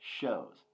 shows